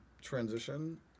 transition